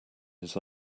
his